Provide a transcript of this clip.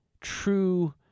true—